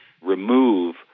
remove